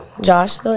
josh